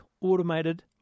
automated